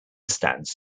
stands